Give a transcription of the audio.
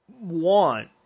want